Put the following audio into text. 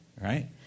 right